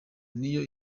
niyo